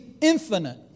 infinite